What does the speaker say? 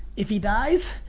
if he dies,